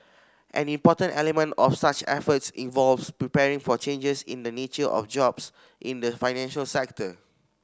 an important element of such efforts involves preparing for changes in the nature of jobs in the financial sector